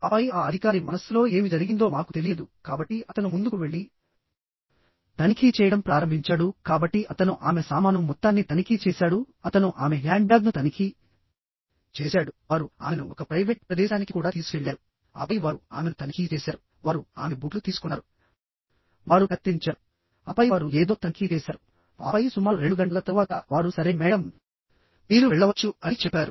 ఆపై ఆ అధికారి మనస్సులో ఏమి జరిగిందో మాకు తెలియదుకాబట్టి అతను ముందుకు వెళ్లి తనిఖీ చేయడం ప్రారంభించాడు కాబట్టిఅతను ఆమె సామాను మొత్తాన్ని తనిఖీ చేశాడుఅతను ఆమె హ్యాండ్బ్యాగ్ను తనిఖీ చేశాడు వారు ఆమెను ఒక ప్రైవేట్ ప్రదేశానికి కూడా తీసుకెళ్లారుఆపై వారు ఆమెను తనిఖీ చేశారు వారు ఆమె బూట్లు తీసుకున్నారువారు కత్తిరించారుఆపై వారు ఏదో తనిఖీ చేశారు ఆపై సుమారు రెండు గంటల తరువాతవారు సరే మేడమ్మీరు వెళ్ళవచ్చు అని చెప్పారు